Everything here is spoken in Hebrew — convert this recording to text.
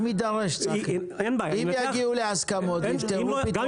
אם יידרש, צחי, אם יגיעו להסכמות ויגיע לפתרונות.